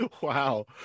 Wow